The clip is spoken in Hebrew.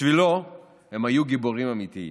בשבילו הם היו גיבורים אמיתיים,